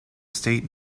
state